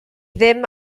ddim